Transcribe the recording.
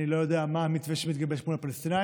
אני לא יודע מה המתווה שמתגבש פה עם הפלסטינים,